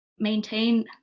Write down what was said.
maintain